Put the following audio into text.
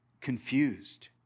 confused